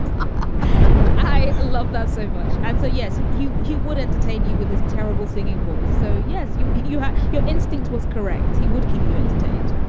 i love that so much. and so, yes, you he would entertain you with his terrible singing voice. so, yes, you you have your instinct was correct. he would keep you entertained